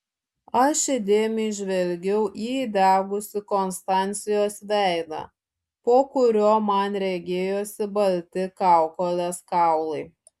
aš įdėmiai žvelgiau į įdegusį konstancijos veidą po kuriuo man regėjosi balti kaukolės kaulai